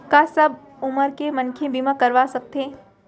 का सब उमर के मनखे बीमा करवा सकथे?